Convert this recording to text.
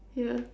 ya